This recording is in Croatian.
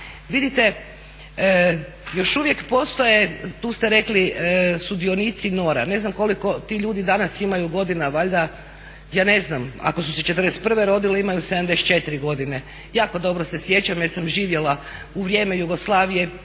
Vidite, još uvijek postoje tu ste rekli sudionici NOR-a. Ne znam koliko ti ljudi danas imaju godina valjda ja ne znam ako su se '41. rodili imaju 74 godine. Jako dobro se sjećam jer sam živjela u vrijeme Jugoslavije.